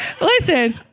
Listen